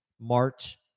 March